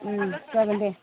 जागोन दे